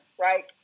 Right